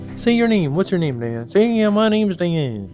say your name. what's your name, man? say, yeah my name's nayan